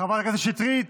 חברת הכנסת שטרית,